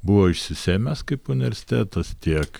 buvo išsisėmęs kaip universitetas tiek